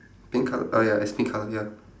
pink colour ah ya it's pink colour ya